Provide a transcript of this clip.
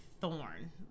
thorn